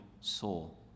soul